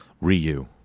Ryu